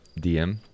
DM